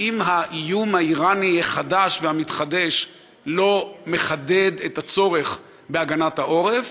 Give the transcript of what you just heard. האם האיום האיראני החדש והמתחדש לא מחדד את הצורך בהגנת העורף?